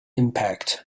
impact